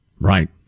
Right